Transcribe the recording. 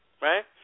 right